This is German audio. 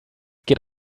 geht